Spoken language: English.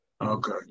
Okay